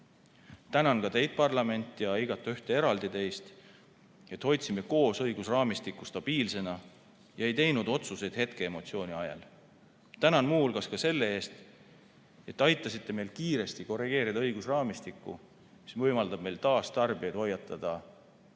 Tänan ka teid, parlament, ja igaühte eraldi teist, et hoidsime koos õigusraamistiku stabiilsena ega teinud otsuseid hetkeemotsiooni ajel. Tänan muu hulgas ka selle eest, et aitasite meil kiiresti korrigeerida õigusraamistikku, mis võimaldab meil taas tarbijaid hoiatada võimalike